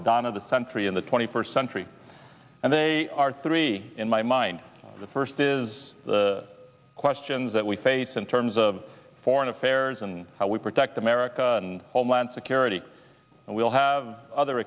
dawn of the century in the twenty first century and they are three in my mind the first is the questions that we face in terms of foreign affairs and how we protect america and homeland security and we'll have other